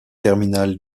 terminales